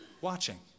watching